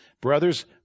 Brothers